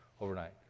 overnight